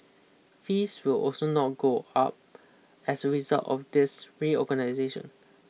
fees will also not go up as a result of this reorganisation